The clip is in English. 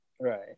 Right